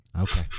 Okay